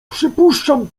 przypuszczam